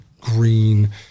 green